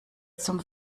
zum